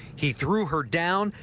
he threw her down,